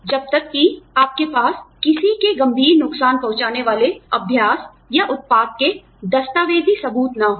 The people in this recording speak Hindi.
आपको ध्यानाकर्षण का सहारा तब तक नहीं लेना चाहिए जब तक कि आपके पास किसी के गंभीर नुकसान पहुंचाने वाले अभ्यास या उत्पाद के दस्तावेजी सबूत न हों